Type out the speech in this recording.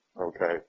Okay